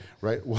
Right